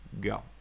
go